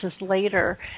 later